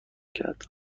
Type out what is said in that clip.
کرد